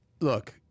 look